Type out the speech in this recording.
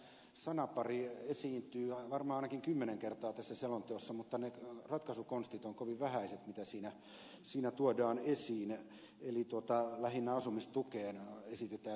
tämä sanapari esiintyy varmaan ainakin kymmenen kertaa tässä selonteossa mutta ne ratkaisukonstit ovat kovin vähäiset mitä siinä tuodaan esiin eli lähinnä asumistukeen esitetään joitakin muutoksia